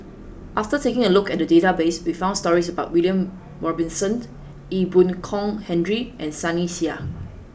after taking a look at the database we found stories about William Robinson Ee Boon Kong Henry and Sunny Sia